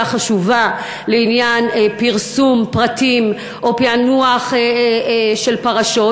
החשובה לעניין פרסום פרטים או פענוח של פרשות,